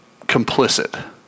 complicit